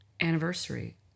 anniversary